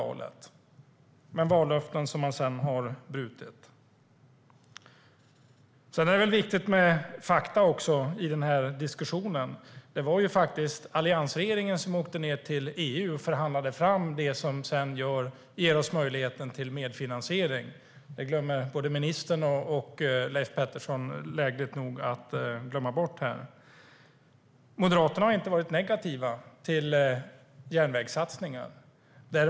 Det är vallöften som man sedan har brutit. Sedan är det viktigt med fakta också i den här diskussionen. Det var faktiskt alliansregeringen som åkte ned till EU och förhandlade fram det som sedan gett oss möjligheten till medfinansiering. Det glömmer både ministern och Leif Pettersson lägligt nog bort. Moderaterna har inte varit negativa till järnvägssatsningar.